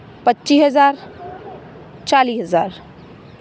ਪੱਚੀ ਹਜ਼ਾਰ ਚਾਲੀ ਹਜ਼ਾਰ